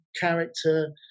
character